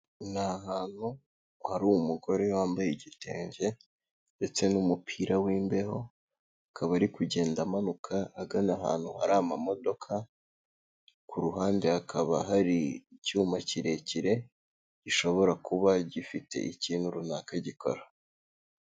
Ni ahantu hari umugore wambaye igitenge ndetse n'umupira w'imbeho, akaba ari kugenda amanuka agana ahantu hari amamodoka, ku ruhande hakaba hari icyuma kirekire gishobora kuba gifite ikintu runaka gikora.